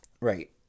Right